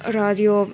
र यो